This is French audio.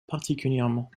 particulièrement